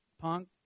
punk